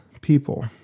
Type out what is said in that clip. people